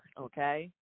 okay